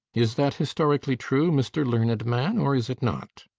is that historically true, mr learned man, or is it not?